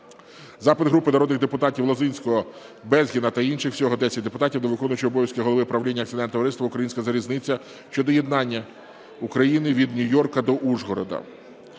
Запит групи народних депутатів (Лозинського, Безгіна та інших. Всього 10 депутатів) до виконуючого обов'язки голови правління Акціонерного товариства "Українська залізниця" щодо єднання України від Нью-Йорка до Ужгорода.